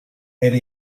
era